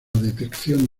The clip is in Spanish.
detección